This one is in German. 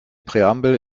präambel